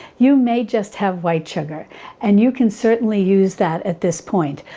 you may just have white sugar and you can certainly use that at this point.